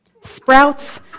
sprouts